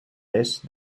res